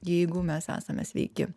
jeigu mes esame sveiki